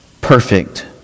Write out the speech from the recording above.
perfect